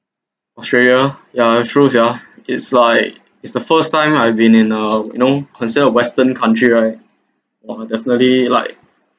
australia ya true yeah is like is the first time I've been in a you know consider western country right or definitely like